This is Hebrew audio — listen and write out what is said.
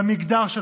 במגדר שלך,